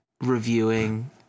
reviewing